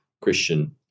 Christian